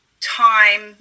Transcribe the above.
time